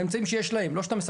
באמצעים שיש להם,